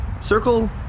circle